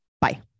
Bye